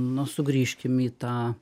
nu sugrįžkim į tą